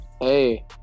Hey